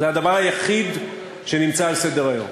זה הדבר היחיד שנמצא על סדר-היום.